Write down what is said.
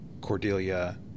Cordelia